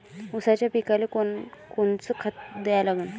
ऊसाच्या पिकाले कोनकोनचं खत द्या लागन?